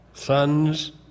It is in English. Sons